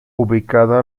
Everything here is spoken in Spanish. ubicada